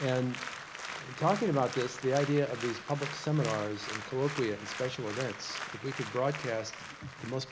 and talking about this, the idea of these public seminars and colloquia and special events, if we could broadcast the most